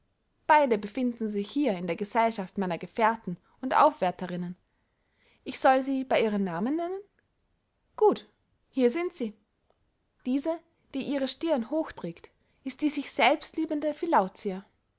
beyde befinden sich hier in der gesellschaft meiner gefehrten und aufwärterinnen ich soll sie bey ihren namen nennen gut hier sind sie diese die ihre stirn hoch trägt ist die sich selbst liebende